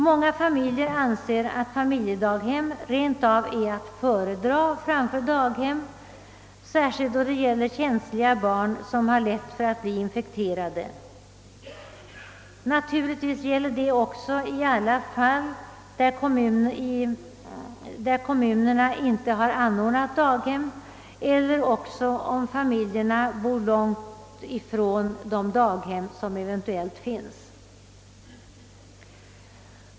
Många familjer anser att familjedaghem rent av är att föredra framför daghem, särskilt då det gäller känsliga barn som har lätt att bli infekterade. Naturligtvis gäller det också i alla fall då kommunerna inte har anordnat daghem eller när familjerna bor långt från de daghem som finns.